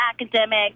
academic